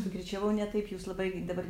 sukirčiavau ne taip jūs labai dabar